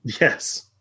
Yes